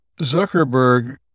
Zuckerberg